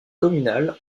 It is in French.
communale